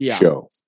show